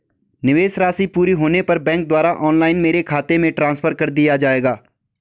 निवेश राशि पूरी होने पर बैंक द्वारा ऑनलाइन मेरे खाते में ट्रांसफर कर दिया जाएगा?